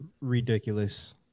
Ridiculous